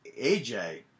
AJ